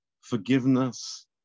forgiveness